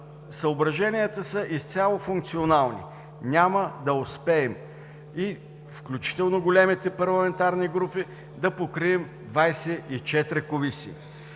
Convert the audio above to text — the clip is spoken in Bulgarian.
съображението за изцяло функционални комисии. Няма да успеем, включително и големите парламентарни групи, да покрием 24 комисии.